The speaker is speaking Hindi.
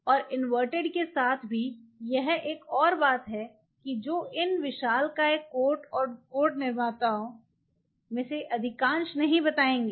और इनवर्टेड के साथ भी यह एक और बात है जो इन विशालकाय कोट और कोड निर्माताओं में से अधिकांश नहीं बताएंगे